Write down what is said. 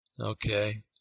Okay